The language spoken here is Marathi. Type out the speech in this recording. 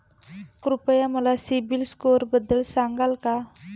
कृपया मला सीबील स्कोअरबद्दल सांगाल का?